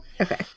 Okay